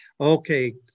Okay